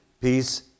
Peace